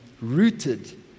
rooted